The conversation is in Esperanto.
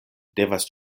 devas